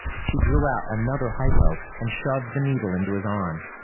she drew out another hypo and shoved the needle into his arm.